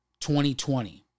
2020